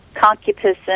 Concupiscence